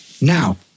Now